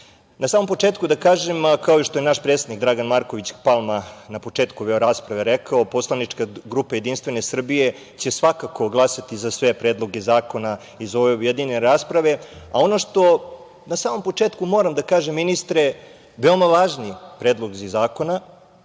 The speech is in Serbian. samom početku da kažem, kao što je i naš predsednik Dragan Marković Palma na početku ove rasprave rekao, poslanička grupa JS će svakako glasati za sve predloge zakona iz ove objedinjene rasprave. Ono što na samom početku moram da kažem, ministre, veoma važni predlozi zakona.